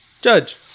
judge